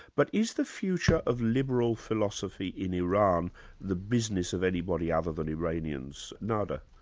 but is the future of liberal philosophy in iran the business of anybody other than iranians? nader.